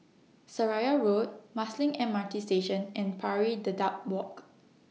Seraya Road Marsiling M R T Station and Pari Dedap Walk